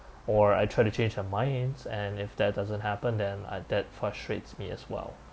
or I try to change their minds and if that doesn't happen then uh that frustrates me as well